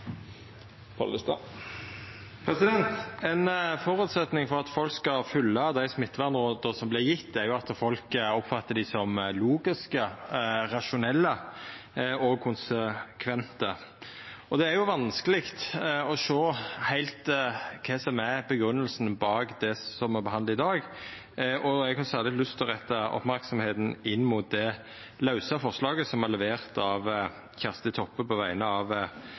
Ein føresetnad for at folk skal følgja dei smittevernråda som vert gjevne, er at folk oppfattar dei som logiske, rasjonelle og konsekvente. Det er vanskeleg å sjå heilt kva som er grunngjevinga for det me behandlar i dag, og eg har særleg lyst til å retta merksemda mot det lause forslaget som er levert av Kjersti Toppe på vegner av